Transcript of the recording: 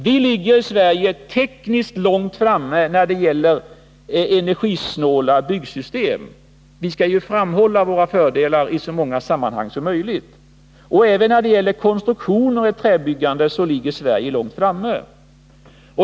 Vi ligger i Sverige tekniskt långt framme när det gäller energisnåla byggsystem. Vi skall ju framhålla våra fördelar i så många sammanhang som möjligt. Även när det gäller konstruktioner i träbyggande ligger Sverige långt framme.